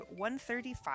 135